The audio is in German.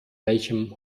welchem